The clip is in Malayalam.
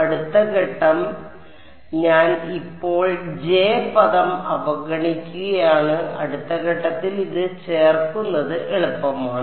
അടുത്ത ഘട്ടം അതിനാൽ ഞാൻ ഇപ്പോൾ J പദം അവഗണിക്കുകയാണ് അടുത്ത ഘട്ടത്തിൽ ഇത് ചേർക്കുന്നത് എളുപ്പമാണ്